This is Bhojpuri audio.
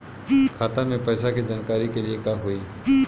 खाता मे पैसा के जानकारी के लिए का होई?